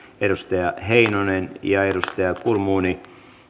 heinonen ja kulmuni